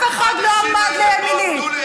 אף אחד לא עמד לימיני.